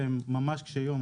שהם ממש קשיי יום,